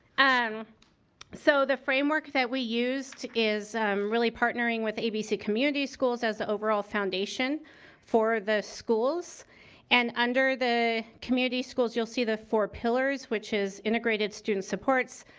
um so, the framework that we used is really partnering with abc community schools as an overall foundation for the schools and under the community schools you'll see the four pillars, which is integrated student supports,